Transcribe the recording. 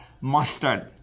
mustard